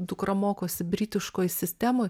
dukra mokosi britiškoj sistemoj